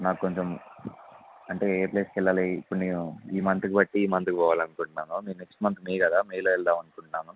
నాకు కొంచెం అంటే ఏ ప్లేస్కి వెళ్ళాలి ఇప్పుడు నేను ఈ మంత్కి బట్టి ఈ మంత్కి పోవాలనుకుంటున్నాను మీరు నెక్స్ట్ మంత్ మే కదా మేలో వెళ్దాము అనుకుంటున్నాను